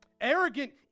Arrogant